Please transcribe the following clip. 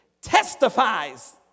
testifies